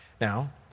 Now